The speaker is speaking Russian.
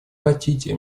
хотите